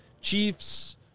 Chiefs